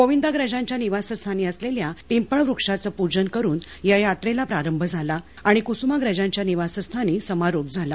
गोविंदाग्रजांच्या निवासस्थानी असलेल्या पिंपळ वृक्षाचं प्जन करुन या यात्रेला प्रारंभ झाला आणि कुसुमाग्रजांच्या निवासस्थानी समारोप झाला